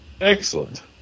Excellent